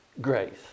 Grace